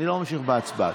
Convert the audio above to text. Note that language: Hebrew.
אני לא ממשיך בהצבעה.